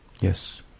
Yes